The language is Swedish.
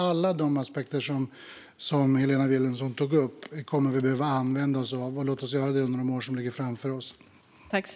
Alla de aspekter som Helena Vilhelmsson tog upp kommer vi att behöva använda oss av. Låt oss göra det under de år som ligger framför oss.